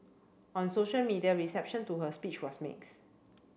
on social media reception to her speech was mixed